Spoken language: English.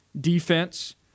defense